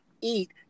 eat